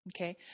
Okay